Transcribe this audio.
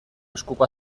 eskuko